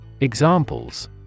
Examples